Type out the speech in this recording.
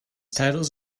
titles